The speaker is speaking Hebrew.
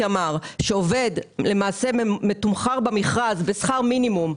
כשעובד מתומחר במכרז בשכר מינימום.